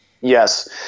Yes